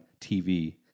TV